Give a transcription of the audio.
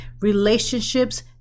relationships